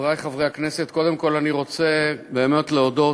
חברי חברי הכנסת, קודם כול אני רוצה באמת להודות